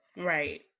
right